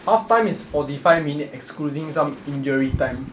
half-time is forty five minute excluding some injury time